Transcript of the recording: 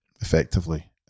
effectively